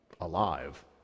Alive